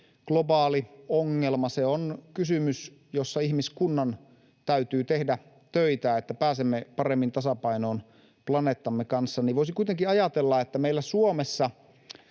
globaali ongelma, että se on kysymys, jossa ihmiskunnan täytyy tehdä töitä, että pääsemme paremmin tasapainoon planeettamme kanssa. Voisin kuitenkin ajatella, että meillä Suomessa,